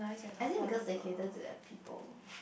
I think because they cater to their people